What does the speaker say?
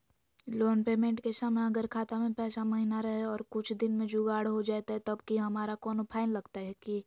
Loan payment के समय अगर खाता में पैसा महिना रहै और कुछ दिन में जुगाड़ हो जयतय तब की हमारा कोनो फाइन लगतय की?